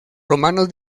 romanos